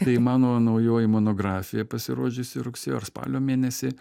tai mano naujoji monografija pasirodžiusi rugsėjo ar spalio mėnesį